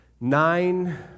nine